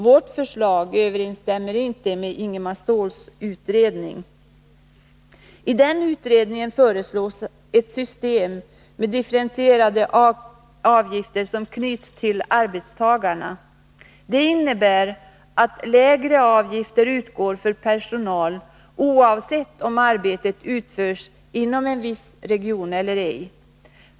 Vårt förslag överensstämmer inte med Ingemar Ståhls utredning. I den utredningen föreslås att systemet med differentierade arbetsgivaravgifter knyts till arbetstagarna. Detta gör att lägre avgifter utgår för personal, oavsett om arbetet utförs inom en viss region eller ej.